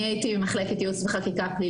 אני הייתי ממחלקת ייעוץ וחקיקה-פלילי,